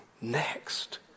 next